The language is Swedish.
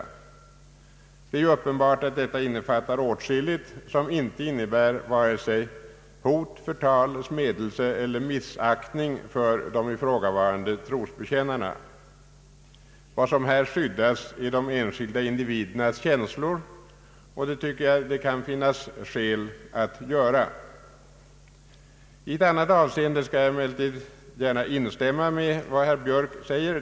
Det är ju uppenbart att detta innefattar åtskilligt som inte innebär vare sig hot, förtal, smädelse eller missaktning beträffande de ifrågavarande trosbekännarna. Vad som här skyddas är de enskilda individernas känslor, och jag tycker att det kan finnas skäl för att göra det. I ett annat avseende skall jag emellertid gärna instämma i vad herr Björk säger.